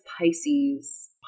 Pisces